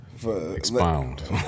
Expound